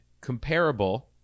comparable